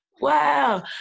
Wow